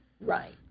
Right